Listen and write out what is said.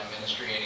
ministry